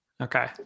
Okay